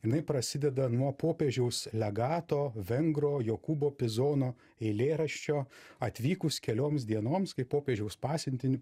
jinai prasideda nuo popiežiaus legato vengro jokūbo bizono eilėraščio atvykus kelioms dienoms kai popiežiaus pasiuntinį